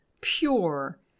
Pure